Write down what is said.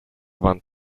want